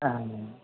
हँ